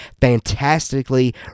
fantastically